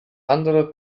andere